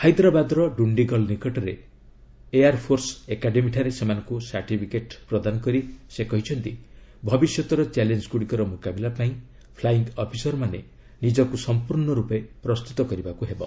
ହାଇଦ୍ରାବାଦର ଡୁଣ୍ଡିଗଲ୍ ନିକଟରେ ଅବସ୍ଥିତ ଏୟାର୍ ଫୋର୍ସ ଏକାଡେମୀଠାରେ ସେମାନଙ୍କୁ ସାର୍ଟିଫିକେଟ୍ ପ୍ରଦାନ କରି ସେ କହିଛନ୍ତି ଭବିଷ୍ୟତର ଚ୍ୟାଲେଞ୍ଗୁଡ଼ିକର ମୁକାବିଲା ପାଇଁ ଫ୍ଲାଇଙ୍ଗ୍ ଅଫିସରମାନେ ନିଜକୁ ସମ୍ପୂର୍ଣ୍ଣ ରୂପେ ପ୍ରସ୍ତୁତ କରିବାକୁ ପଡ଼ିବ